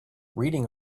reading